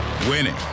Winning